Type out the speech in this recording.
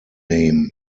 name